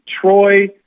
Troy